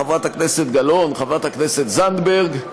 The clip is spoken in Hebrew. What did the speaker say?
חברת הכנסת גלאון וחברת הכנסת זנדברג,